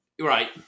right